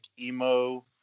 emo